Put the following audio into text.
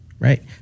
Right